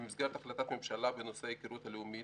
במסגרת החלטת הממשלה בנושא התוכנית הלאומית